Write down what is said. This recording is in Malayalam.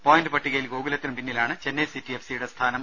പോയിന്റ് പട്ടികയിൽ ഗോകുലത്തിന് പിന്നിലാണ് ചെന്നൈ സിറ്റി എഫ്സിയുടെ സ്ഥാനം